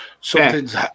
something's